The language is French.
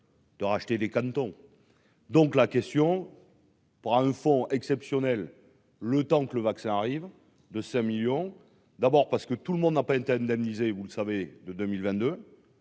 De racheter les cantons, donc la question. Pour un fonds exceptionnel, le temps que le vaccin arrive de 5 millions d'abord parce que tout le monde n'a pas un ta indemniser et vous le savez, de 2022